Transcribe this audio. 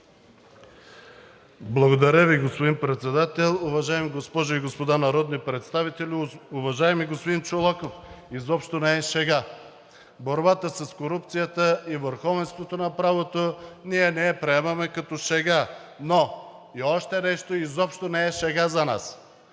Благодаря Ви, господин Председател. Уважаеми госпожи и господа народни представители! Уважаеми господин Чолаков, изобщо не е шега борбата с корупцията и върховенството на правото и ние не я приемаме като шега. Но и още нещо изобщо не е шега за нас